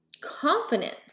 confidence